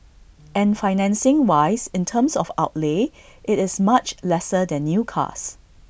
and financing wise in terms of outlay IT is much lesser than new cars